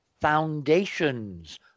foundations